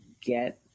get